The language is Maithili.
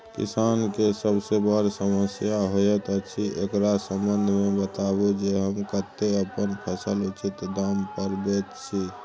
किसान के सबसे बर समस्या होयत अछि, एकरा संबंध मे बताबू जे हम कत्ते अपन फसल उचित दाम पर बेच सी?